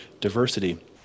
diversity